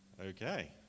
okay